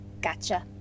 gotcha